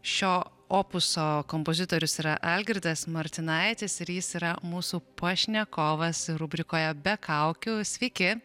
šio opuso kompozitorius yra algirdas martinaitis ir jis yra mūsų pašnekovas rubrikoje be kaukių sveiki